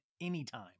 anytime